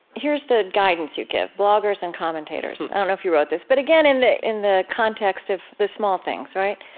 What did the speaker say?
here's the guidance you give bloggers and commentators. i don't know if you wrote this, but again in the in the context of the small things, right?